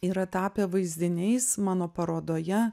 yra tapę vaizdiniais mano parodoje